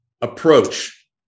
approach